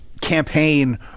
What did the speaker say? campaign